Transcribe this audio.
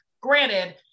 granted